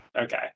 Okay